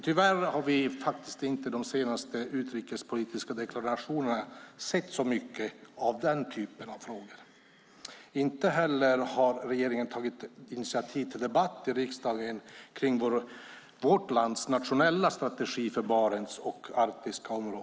Tyvärr har vi inte i de senaste utrikespolitiska deklarationerna sett så mycket av den typen av frågor. Inte heller har regeringen tagit initiativ till debatt i riksdagen kring vårt lands nationella strategi för Barents och Arktis.